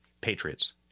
patriots